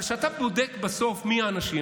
אבל כשאתה בודק בסוף מי האנשים,